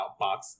outbox